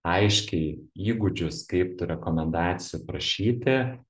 aiškiai įgūdžius kaip tų rekomendacijų prašyti